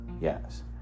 Yes